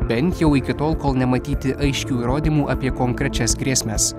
bent jau iki tol kol nematyti aiškių įrodymų apie konkrečias grėsmes